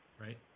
right